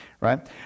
right